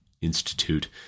Institute